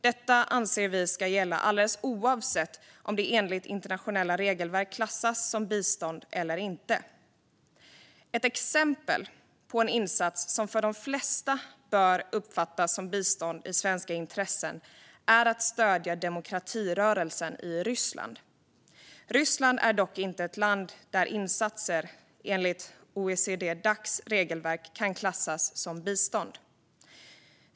Detta, anser vi, ska gälla alldeles oavsett om det enligt internationella regelverk klassas som bistånd eller inte. Ett exempel på en insats som av de flesta bör uppfattas som bistånd i svenska intressen är att stödja demokratirörelsen i Ryssland. Ryssland är dock inte ett land där insatser enligt OECD-Dacs regelverk kan klassas som bistånd.